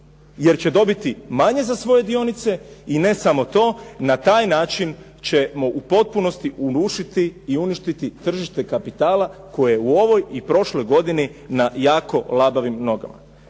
jer će dobiti manje za svoje dionice. I ne samo to, na taj način ćemo u potpunosti urušiti i uništiti tržište kapitala koje u ovoj i prošloj godini na jako labavim nogama.